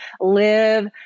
live